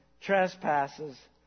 trespasses